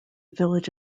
village